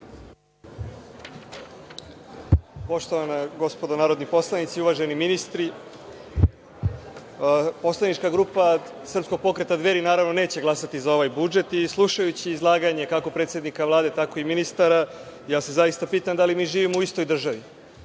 Poštovana gospodo narodni poslanici, uvaženi ministri, poslanička grupa Srpskog pokreta Dveri, naravno, neće glasati za ovaj budžet. Slušajući izlaganje kako predsednika Vlade tako i ministara, ja se zaista pitam da li mi živimo u istoj državi.